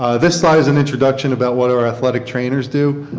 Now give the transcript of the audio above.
ah this slide is an introduction about what our athletic trainers to.